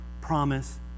promise